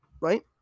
Right